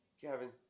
Kevin